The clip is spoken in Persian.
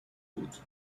بود